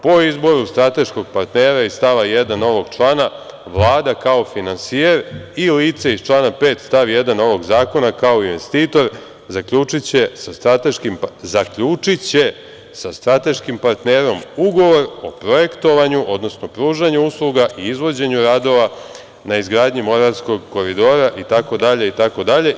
Po izboru strateškog partnera iz stava 1. ovog člana, Vlada kao finansijer i lice iz člana 5. stav 1. ovog zakona kao investitor zaključiće sa strateškim partnerom ugovor o projektovanju, odnosno pružanju usluga i izvođenju radova na izgradnji Moravskog koridora itd, itd.